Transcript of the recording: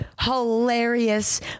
hilarious